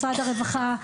משרד הרווחה,